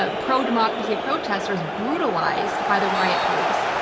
ah pro-democracy protestors brutalized by the riot police.